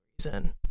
reason